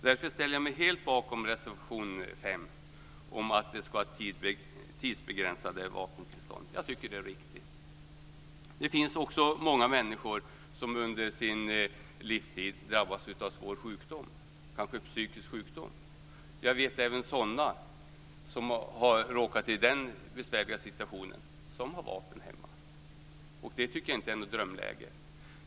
Därför ställer jag mig helt bakom reservation 5 om att det ska vara tidsbegränsade vapentillstånd. Jag tycker att det är riktigt. Det finns också många människor som under sin livstid drabbas av svår sjukdom, kanske psykisk sjukdom. Jag känner även till människor som har råkat i den besvärliga situationen som har vapen hemma. Det tycker jag inte är något drömläge.